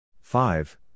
five